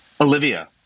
Olivia